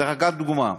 קח דוגמה,